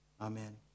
Amen